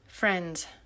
Friends